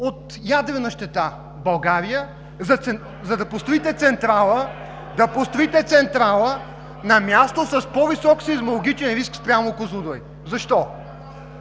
от ядрена щета България, за да построите централа на място с по-висок сеизмологичен риск спрямо „Козлодуй“?!